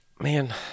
man